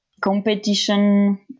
competition